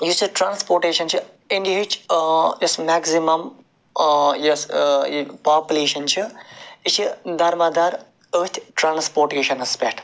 یُس یہِ ٹرانٛسپوٹیٚشن چھِ اِنٛڈہِچ یُس میکزِمم یَس یہِ پاپلیٚشن چھِ یہِ چھِ دارمدار ٲتھۍ ٹرٛانٛسپوٹیٚشنس پٮ۪ٹھ